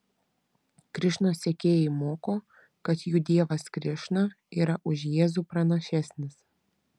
krišnos sekėjai moko kad jų dievas krišna yra už jėzų pranašesnis